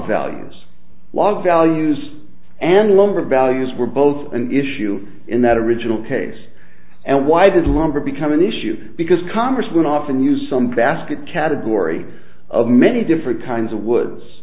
values lot of values and lumber values were both an issue in that original case and why does longer become an issue because congress would often use some basket category of many different kinds of woods